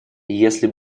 если